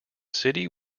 city